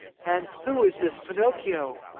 and who is this pinocchio?